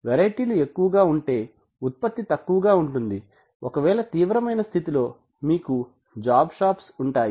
వెరైటీలు ఎక్కువగా ఉంటే ఉత్పత్తి తక్కువగా ఉంటుంది ఒకవేళ తీవ్రమైన స్థితి లో మీకు జాబ్ షాప్స్ ఉంటాయి